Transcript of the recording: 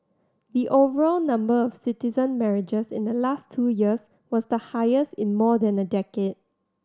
the overall number of citizen marriages in the last two years was the highest in more than a decade